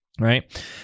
right